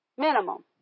minimum